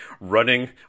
running